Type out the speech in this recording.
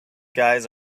guys